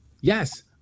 Yes